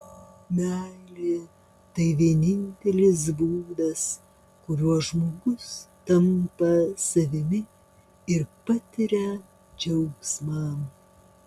meilė tai vienintelis būdas kuriuo žmogus tampa savimi ir patiria džiaugsmą